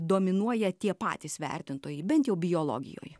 dominuoja tie patys vertintojai bent jau biologijoje